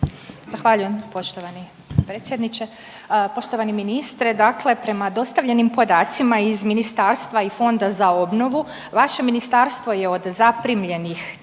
Zahvaljujem poštovani predsjedniče. Poštovani ministre, dakle prema dostavljenim podacima iz Ministarstva i Fonda za obnovu, vaše Ministarstvo je od zaprimljenih 13